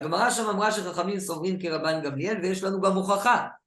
גמרא שם אמרה שחכמים סוברים כרבן גמליאל ויש לנו גם הוכחה.